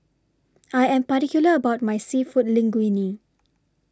I Am particular about My Seafood Linguine